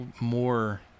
more